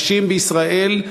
נשים בישראל,